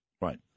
right